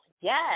Yes